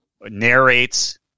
narrates